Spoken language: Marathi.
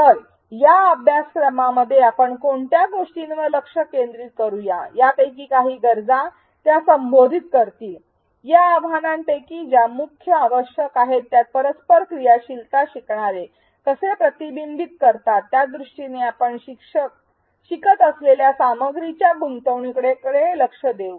तर या अभ्यासक्रमामध्ये आपण कोणत्या गोष्टींवर लक्ष केंद्रित करूया यापैकी काही गरजा त्या संबोधित करतील या आव्हानांपैकी ज्या मुख्य आवश्यकता आहेत ज्यात परस्पर क्रियाशीलता शिकणारे कसे प्रतिबिंबित करतात त्या दृष्टीने आपण शिकत असलेल्याच्या सामग्रीच्या गुंतवणूकीकडे लक्ष देऊ